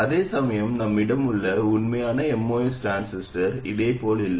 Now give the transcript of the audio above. அதேசமயம் நம்மிடம் உள்ள உண்மையான MOS டிரான்சிஸ்டர் இது போல் இல்லை